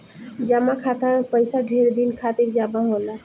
जमा खाता मे पइसा ढेर दिन खातिर जमा होला